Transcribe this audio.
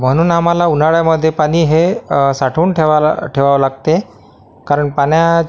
म्हणून आम्हाला उन्हाळ्यामध्ये पाणी हे साठवून ठेवायला ठेवावं लागते कारण पाण्या